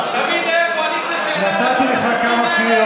במו ידיכם הולכים לייצר ולקחת על עצמכם אחריות